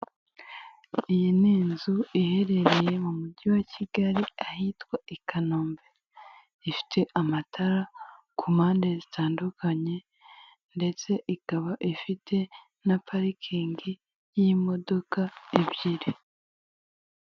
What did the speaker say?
Abantu benshi baricaye, abandi barahagaze, umwe ahagaze imbere yabo, ari kuvugira mu irangururamajwi, afite ibyo arimo kubabwira, yambaye isaha, yicaye mu ihema ry'amabara atandukanye; icyatsi, kibisi, umuhondo, ubururu, umweru.